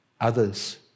others